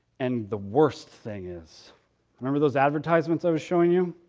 and the worst thing is remember those advertisements i was showing you?